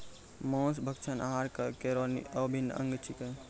मांस भक्षण आहार केरो अभिन्न अंग छिकै